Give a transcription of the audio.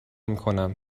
میکنم